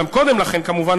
גם קודם לכן כמובן,